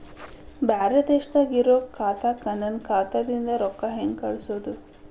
ಬ್ಯಾರೆ ದೇಶದಾಗ ಇರೋ ಖಾತಾಕ್ಕ ನನ್ನ ಖಾತಾದಿಂದ ರೊಕ್ಕ ಹೆಂಗ್ ಕಳಸೋದು?